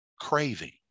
craving